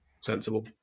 sensible